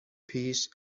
پیش